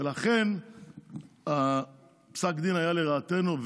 ולכן פסק דין היה לרעתנו,